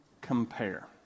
compare